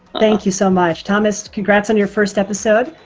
thank you so much. thomas, congrats on your first episode.